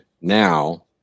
now